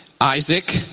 Isaac